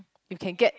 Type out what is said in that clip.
you can get